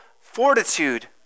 fortitude